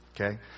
Okay